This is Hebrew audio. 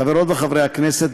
חברות וחברי הכנסת,